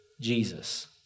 Jesus